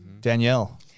Danielle